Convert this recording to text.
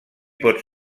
pot